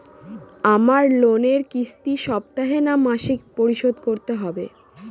আমার লোনের কিস্তি সপ্তাহে না মাসে পরিশোধ করতে হবে?